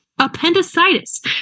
appendicitis